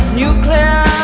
nuclear